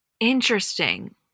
interesting